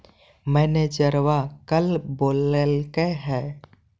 मैनेजरवा कल बोलैलके है?